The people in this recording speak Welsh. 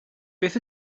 beth